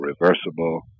reversible